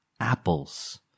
apples